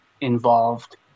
involved